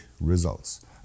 results